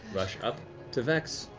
rush up to vex.